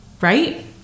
right